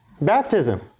baptism